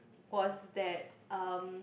was that um